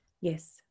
Yes